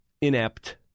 inept